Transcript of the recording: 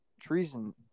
treason